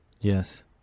Yes